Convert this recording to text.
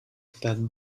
that